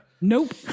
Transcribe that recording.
Nope